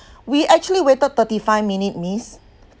we actually waited thirty five minute miss